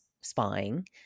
spying